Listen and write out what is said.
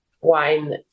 wine